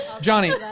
Johnny